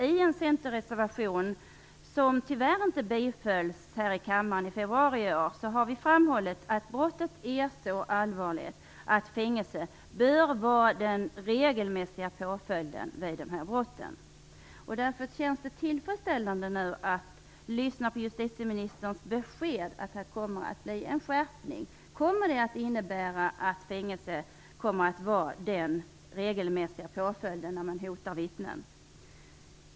I en reservation i februari i år, som tyvärr inte bifölls, framhöll vi centerpartister att detta brott är så allvarligt att fängelse bör vara den regelmässiga påföljden. Därför känns det tillfredsställande att lyssna till justitieministerns besked om att det kommer att bli en skärpning. Innebär det att fängelse kommer att bli den regelmässiga påföljden när man hotar vittnen?